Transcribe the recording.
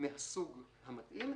מהסוג המתאים,